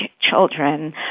children